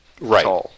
Right